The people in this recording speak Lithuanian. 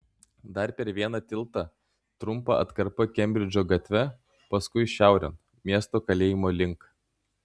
dar per vieną tiltą trumpa atkarpa kembridžo gatve paskui šiaurėn miesto kalėjimo link